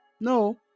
No